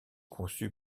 conçue